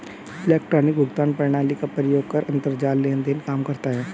electronic भुगतान प्रणाली का प्रयोग कर अंतरजाल लेन देन काम करता है